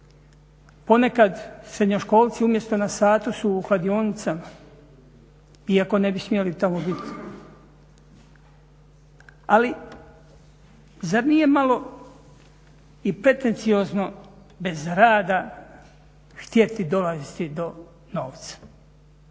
Ponekad srednjoškolci umjesto na satu su u kladionicama iako ne bi smjeli tamo biti. Ali, zar nije malo i pretenciozno bez rada htjeti dolaziti do novca?